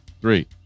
three